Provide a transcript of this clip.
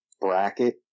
bracket